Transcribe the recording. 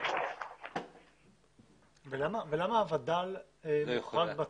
ולמה הווד"ל מוחרג בצו.